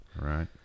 Right